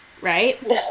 right